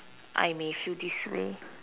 I may feel this way